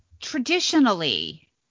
Traditionally